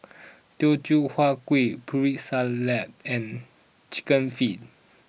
Teochew Huat Kueh Putri Salad and Chicken Feet